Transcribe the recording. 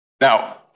Now